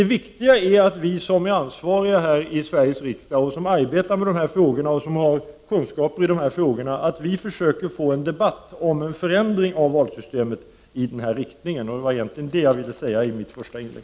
Det viktiga är att vi som är ansvariga här i Sveriges riksdag, som arbetar med och har kunskaper i dessa frågor, försöker få i gång en debatt om en förändring av valsystemet i denna riktning. Det var egentligen det jag ville säga i mitt första inlägg.